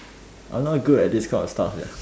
I'm not good at this kind of stuff sia